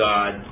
God